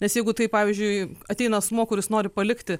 nes jeigu tai pavyzdžiui ateina asmuo kuris nori palikti